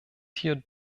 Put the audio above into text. hier